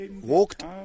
walked